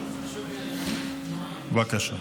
בבקשה.